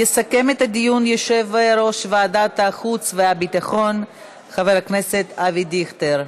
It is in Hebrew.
יסכם את הדיון יושב-ראש ועדת החוץ והביטחון חבר הכנסת אבי דיכטר,